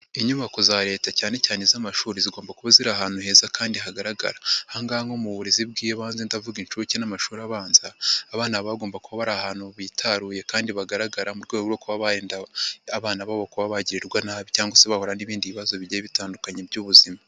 Inyubako za leta cyane cyane iz'amashuri, zigomba kuba ziri ahantu heza kandi hagaragara. Aha ngaha nko mu burezi bw'ibanze ndavuga inshuke n'amashuri abanza, abana baba bagomba kuba bari ari ahantu bitaruye kandi bagaragara mu rwego rwo kuba barinda abana babo kuba bagirirwa nabi cyangwa se bahura n'ibindi bibazo bigiye bitandukanye by'ubuzima.